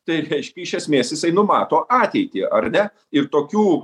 tai reiškia iš esmės jisai numato ateitį ar ne ir tokių